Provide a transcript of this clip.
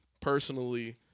personally